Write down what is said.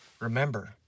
remember